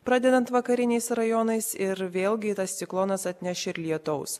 pradedant vakariniais rajonais ir vėlgi tas ciklonas atneš ir lietaus